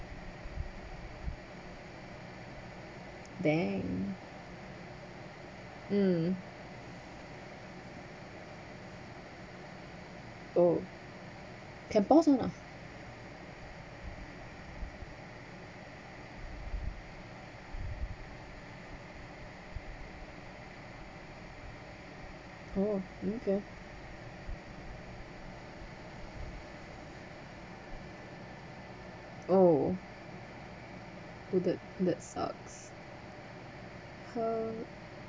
dank mm oh can pause one ah oh okay oh that that sucks um